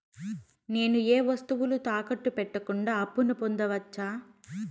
నేను ఏ వస్తువులు తాకట్టు పెట్టకుండా అప్పును పొందవచ్చా?